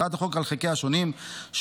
הצעת החוק על חלקיה השונים שהוצגו,